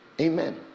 Amen